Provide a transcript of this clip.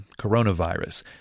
coronavirus